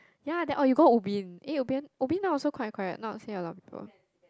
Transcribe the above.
ya that or you go Ubin eh Ubin Ubin now also quite quiet not say a lot people